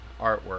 artwork